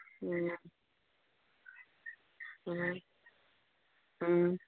ꯎꯝ ꯎꯝ ꯎꯝ